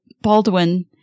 Baldwin